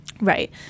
Right